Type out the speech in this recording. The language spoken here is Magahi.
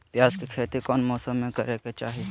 प्याज के खेती कौन मौसम में करे के चाही?